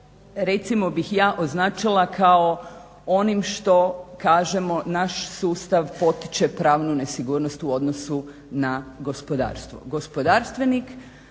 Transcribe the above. recimo bih ja označila kao onim što kažemo, naš sustav potiče pravnu nesigurnost u odnosu na gospodarstvo.